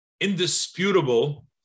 indisputable